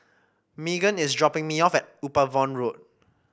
Meagan is dropping me off at Upavon Road